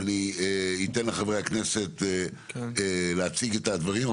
ואני אתן לחברי הכנסת להציג את הדברים.